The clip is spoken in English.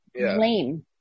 lame